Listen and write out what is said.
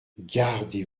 gardez